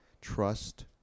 trust